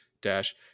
dash